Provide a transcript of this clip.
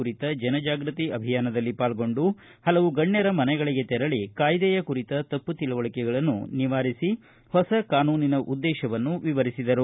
ಕುರಿತ ಜನಜಾಗೃತಿ ಅಭಿಯಾನದಲ್ಲಿ ಪಾಲ್ಗೊಂಡು ಹಲವು ಗಣ್ಯರ ಮನೆಗಳಿಗೆ ತೆರಳಿ ಕಾಯ್ದೆಯ ಕುರಿತ ತಪ್ಪು ತಿಳವಳಿಕೆಗಳನ್ನು ನಿವಾರಿಸಿ ಹೊಸ ಕಾನೂನಿನ ಉದ್ದೇಶವನ್ನು ವಿವರಿಸಿದರು